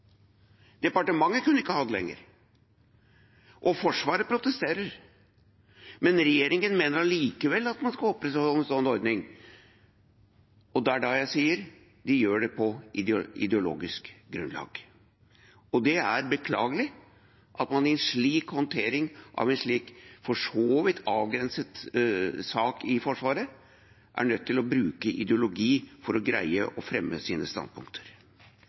Departementet kunne ikke ha dem lenger, og Forsvaret protesterer. Regjeringen mener allikevel at man skal opprettholde en sånn ordning. Det er da jeg sier: De gjør det på ideologisk grunnlag. Det er beklagelig at man i sin håndtering av en slik for så vidt avgrenset sak i Forsvaret er nødt til å bruke ideologi for å greie å fremme sine standpunkter.